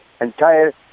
entire